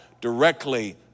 directly